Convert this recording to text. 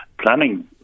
planning